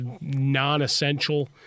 non-essential